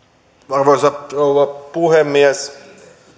arvoisa rouva puhemies